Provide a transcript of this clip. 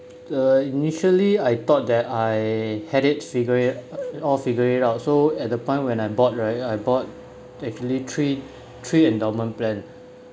uh initially I thought that I had it figured it all figure it out so at the point when I bought right I bought actually three three endowment plan